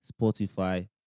Spotify